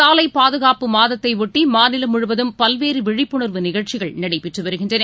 சாலைபாதுகாப்பு மாதத்தைட்டிமாநிலம் முழுவதும் பல்வேறுவிழிப்புணர்வு நிகழ்ச்சிகள் நடைபெற்றுவருகின்றன